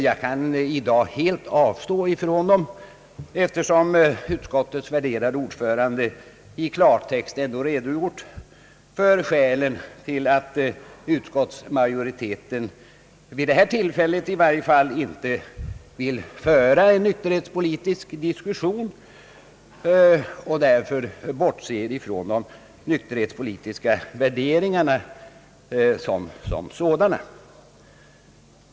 Jag kan i dag helt avstå från dem, eftersom utskottets värderade ordförande i klartext ändå redogjort för skälen till att utskottsmajoriteten i varje fall vid detta tillfälle inte vill föra en nykterhetspolitisk diskussion och därför bortser ifrån de nykterhetspolitiska värderingarna som sådana.